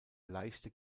leichte